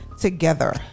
together